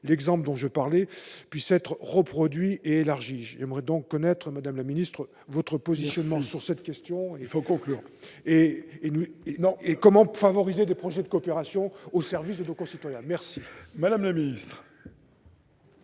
l'exemple dont je parlais puisse être reproduit et élargi. J'aimerais donc connaître, madame la ministre, votre positionnement sur cette question. Il faut conclure, monsieur le rapporteur. Comment favoriser des projets de coopération au service de nos concitoyens ? La parole est à Mme la ministre.